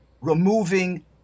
removing